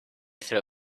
throw